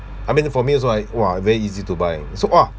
I mean for me also right !wah! very easy to buy so !wah!